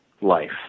life